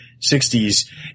60s